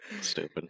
Stupid